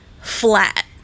flat